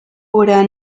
obra